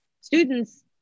students